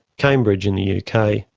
cambridge in the yeah kind of